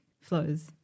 flows